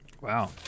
Wow